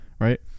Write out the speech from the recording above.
right